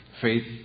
faith